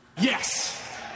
Yes